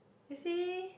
you see